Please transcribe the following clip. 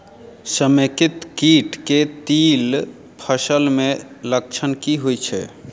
समेकित कीट केँ तिल फसल मे लक्षण की होइ छै?